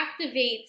activates